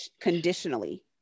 conditionally